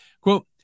Quote